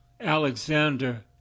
Alexander